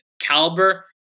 caliber